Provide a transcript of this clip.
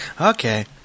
okay